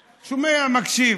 שומע, מקשיב.